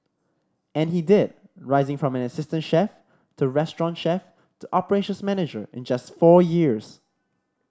and he did rising from an assistant chef to restaurant chef to operations manager in just four years